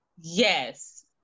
Yes